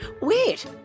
Wait